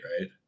right